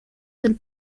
del